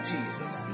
Jesus